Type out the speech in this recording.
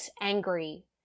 angry